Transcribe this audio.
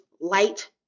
light